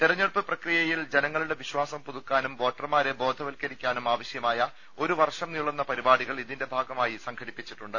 തെരഞ്ഞെടുപ്പു പ്രക്രിയയിൽ ജനങ്ങളുടെ വിശ്വാസം പുതുക്കാനും വോട്ടർമാരെ ബോധവത്ക്കരിക്കാനും ആവശ്യമായ ഒരു വർഷം നീളുന്ന പരിപാടികൾ ഇതിന്റെ ഭാഗമായി സംഘടിപ്പിച്ചിട്ടുണ്ട്